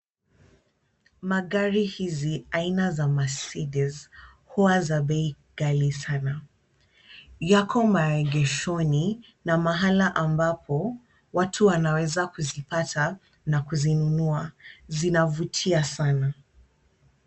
Magari hizi aina za mercedes huwa za bei ghali sana. Yako maegeshoni na mahala ambapo watu wanaweza kuzipata na kuzinunua. Zinavutia sana.